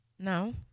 No